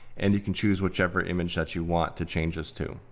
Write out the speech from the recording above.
and you can choose whichever image that you want to change this to.